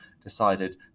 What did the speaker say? decided